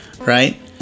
right